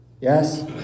yes